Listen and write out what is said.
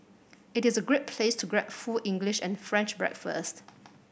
it is a great place to grab full English and French breakfast